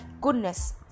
goodness